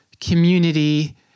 community